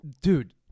dude